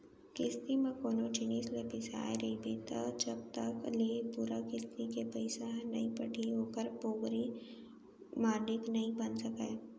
किस्ती म कोनो जिनिस ल बिसाय रहिबे त जब तक ले पूरा किस्ती के पइसा ह नइ पटही ओखर पोगरी मालिक नइ बन सकस